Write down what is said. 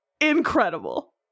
incredible